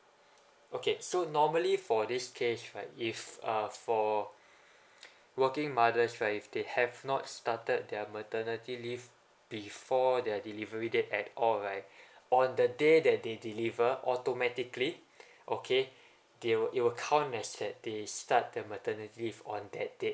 okay so normally for this case right if uh for working mothers right if they have not started their maternity leave before the delivery date at all right on the day that they deliver automatically okay they'll it will count as that they started the maternity leave on that day